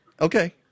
Okay